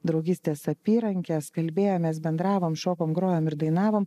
draugystės apyrankes kalbėjomės bendravom šokom grojom ir dainavom